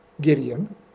Gideon